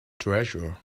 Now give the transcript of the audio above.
treasure